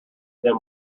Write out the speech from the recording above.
them